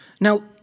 Now